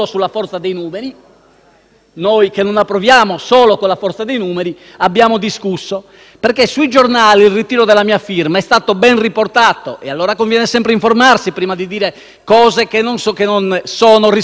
voi, i provvedimenti solo con la forza dei numeri, abbiamo discusso. Sui giornali il ritiro della mia firma è stato ben riportato e, allora, conviene sempre informarsi prima di dire cose che non sono rispondenti al vero.